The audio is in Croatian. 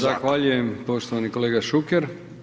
Zahvaljujem poštovani kolega Šuker.